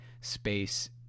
space